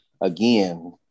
again